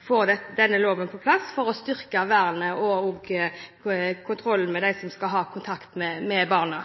får denne loven på plass for å styrke vernet av og også kontrollen med dem som skal ha kontakt med barna.